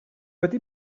wedi